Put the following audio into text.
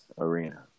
arena